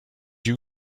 you